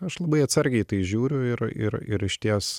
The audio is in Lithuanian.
aš labai atsargiai į tai žiūriu ir ir ir išties